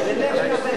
מתבייש,